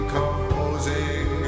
composing